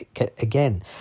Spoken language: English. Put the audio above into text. again